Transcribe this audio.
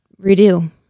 redo